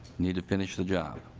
need to finish the job.